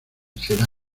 será